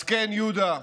אז כן, יהודה,